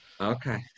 Okay